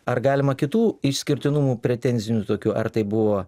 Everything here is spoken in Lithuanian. ar galima kitų išskirtinumų pretenzinių tokių ar tai buvo